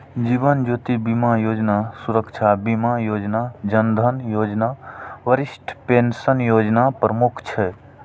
जीवन ज्योति बीमा योजना, सुरक्षा बीमा योजना, जन धन योजना, वरिष्ठ पेंशन योजना प्रमुख छै